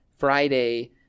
Friday